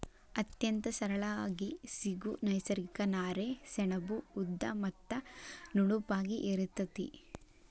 ಅತ್ಯಂತ ಸರಳಾಗಿ ಸಿಗು ನೈಸರ್ಗಿಕ ನಾರೇ ಸೆಣಬು ಉದ್ದ ಮತ್ತ ನುಣುಪಾಗಿ ಇರತತಿ